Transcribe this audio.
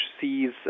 sees